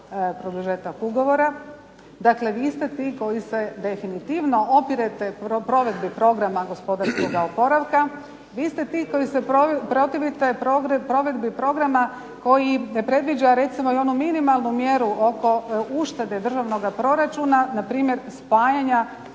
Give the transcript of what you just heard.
produžetak ugovora. Dakle, vi ste ti koji se definitivno opirete provedbi programa gospodarskoga oporavka, vi ste ti koji se protivite provedbi programa koji predviđa recimo i onu minimalnu mjeru oko uštede državnoga proračuna na primjer spajanja,